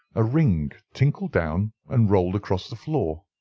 a ring tinkled down and rolled across the floor.